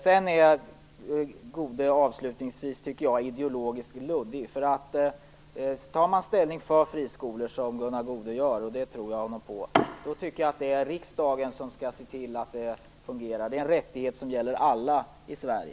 Sedan tycker jag avslutningsvis att Gunnar Goude är ideologiskt luddig. Tar man ställning för friskolor, såsom Gunnar Goude gör - där tror jag honom - tycker jag att det är riksdagen som skall se till att det fungerar. Det är en rättighet som gäller alla i Sverige.